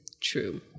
true